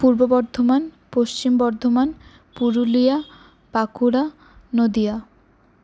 Purba Bardhaman Paschim Bardhaman Purulia Bankura Nadia